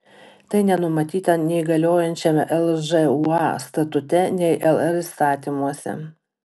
tai nenumatyta nei galiojančiame lžūa statute nei lr įstatymuose